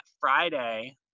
friday